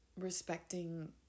respecting